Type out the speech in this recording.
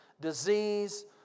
disease